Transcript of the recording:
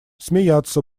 смеяться